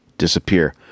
disappear